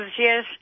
yes